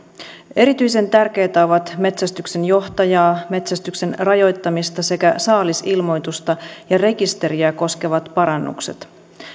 erityisen tärkeitä ovat metsästyksenjohtajaa metsästyksen rajoittamista sekä saalisilmoitusta ja rekisteriä koskevat parannukset